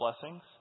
blessings